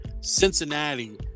Cincinnati